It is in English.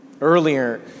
Earlier